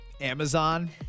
Amazon